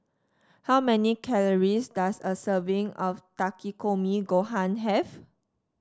how many calories does a serving of Takikomi Gohan have